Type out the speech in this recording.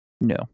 no